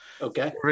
Okay